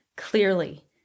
Clearly